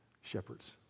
Shepherds